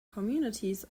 communities